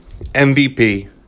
MVP